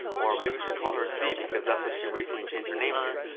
or maybe we should call her c because that's what she recently changed her name to.